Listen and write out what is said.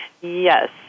Yes